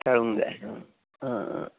टाळूंक जाय हां